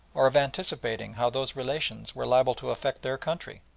or of anticipating how those relations were liable to affect their country.